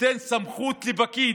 נותן סמכות לפקיד,